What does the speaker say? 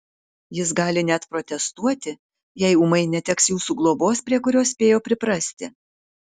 jis gali net protestuoti jei ūmai neteks jūsų globos prie kurios spėjo priprasti